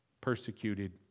persecuted